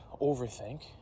overthink